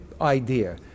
idea